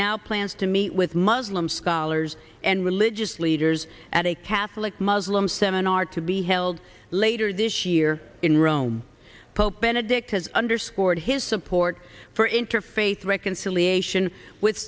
now plans to meet with muslim scholars and religious leaders at a catholic muslim seminar to be held later this year in rome pope benedict has underscored his support for interfaith reconciliation with